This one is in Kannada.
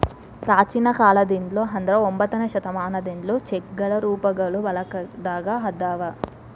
ಪ್ರಾಚೇನ ಕಾಲದಿಂದ್ಲು ಅಂದ್ರ ಒಂಬತ್ತನೆ ಶತಮಾನದಿಂದ್ಲು ಚೆಕ್ಗಳ ರೂಪಗಳು ಬಳಕೆದಾಗ ಅದಾವ